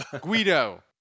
Guido